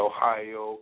Ohio